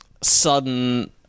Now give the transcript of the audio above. sudden